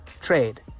trade